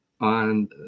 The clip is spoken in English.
on